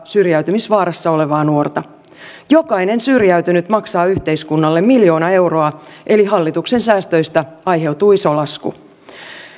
syrjäytymisvaarassa olevaa nuorta jokainen syrjäytynyt maksaa yhteiskunnalle miljoona euroa eli hallituksen säästöistä aiheutuu iso lasku